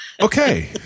Okay